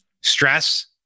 stress